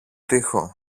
τοίχο